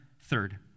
third